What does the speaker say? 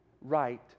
Right